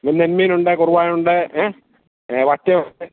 നെന്മീനുണ്ട് കുറവായുണ്ട് ഏ വറ്റയുണ്ട്